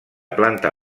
planta